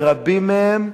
ורבים מהם,